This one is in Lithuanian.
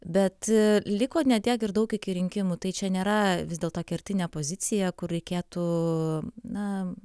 bet liko ne tiek ir daug iki rinkimų tai čia nėra vis dėlto kertinė pozicija kur reikėtų na